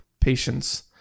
patience